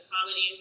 comedies